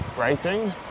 racing